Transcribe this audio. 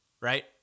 right